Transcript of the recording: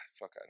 fuck